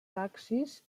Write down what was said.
taxis